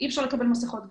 אי אפשר לקבל מסכות אב"כ.